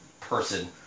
person